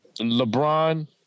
LeBron